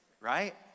right